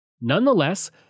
Nonetheless